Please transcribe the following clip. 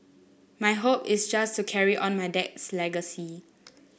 my hope is just to carry on my dad's legacy